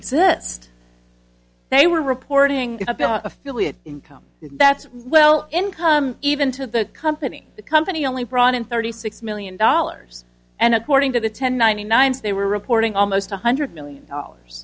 exist they were reporting affiliate income that's well income even to the company the company only brought in thirty six million dollars and according to the ten ninety nine s they were reporting almost one hundred million dollars